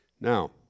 Now